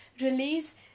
release